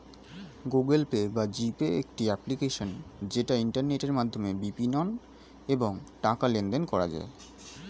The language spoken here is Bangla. গুগল পে বা জি পে একটি অ্যাপ্লিকেশন যেটা ইন্টারনেটের মাধ্যমে বিপণন এবং টাকা লেনদেন করা যায়